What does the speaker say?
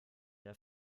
der